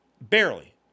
Barely